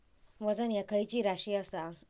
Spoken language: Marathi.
वजन ह्या खैची राशी असा?